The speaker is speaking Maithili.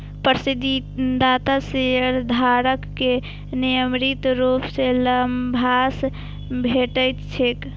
पसंदीदा शेयरधारक कें नियमित रूप सं लाभांश भेटैत छैक